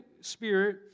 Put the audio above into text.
Spirit